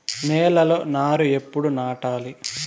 నేలలో నారు ఎప్పుడు నాటాలి?